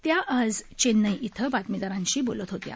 त्या आज चेन्नई इथं बातमीदारांशी बोलत होत्या